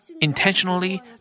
intentionally